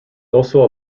also